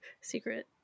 secret